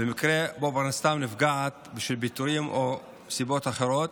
במקרה שבו פרנסתם נפגעת בשל פיטורים או סיבות אחרות,